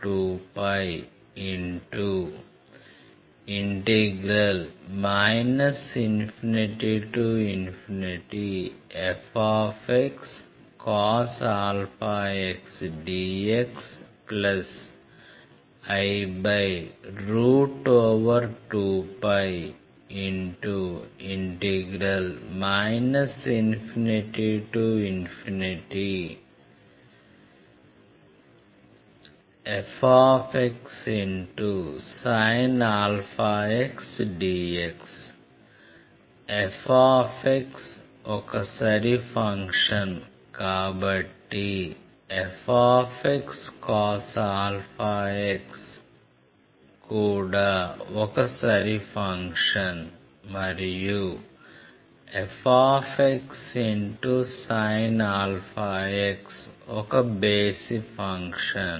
F12π ∞fxcos αx dxi2π ∞fxsin αx dx f ఒక సరి function కాబట్టి fxαx కూడా ఒక సరి ఫంక్షన్ మరియు fxαx ఒక బేసి ఫంక్షన్